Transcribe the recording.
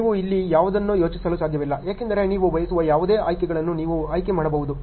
ನೀವು ಇಲ್ಲಿ ಯಾವುದನ್ನೂ ಯೋಚಿಸಲು ಸಾಧ್ಯವಿಲ್ಲ ಏಕೆಂದರೆ ನೀವು ಬಯಸುವ ಯಾವುದೇ ಆಯ್ಕೆಗಳನ್ನು ನೀವು ಆಯ್ಕೆ ಮಾಡಬಹುದು